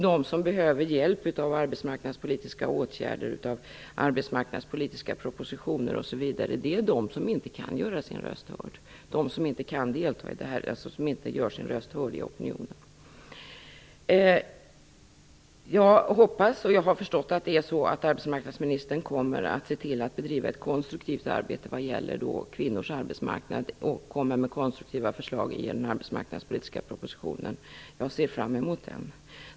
De som behöver hjälp av arbetsmarknadspolitiska åtgärder och arbetsmarknadspolitiska propositioner är de som inte kan göra sina röster hörda i opinionen. Jag hoppas och jag har förstått att arbetsmarknadsministern kommer att se till att bedriva ett konstruktivt arbete vad gäller kvinnors arbetsmarknad och för att komma med konstruktiva förslag i den arbetsmarknadspolitiska propositionen. Jag ser fram emot den.